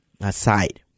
aside